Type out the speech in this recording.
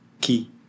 key